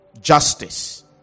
justice